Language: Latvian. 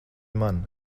man